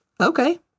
Okay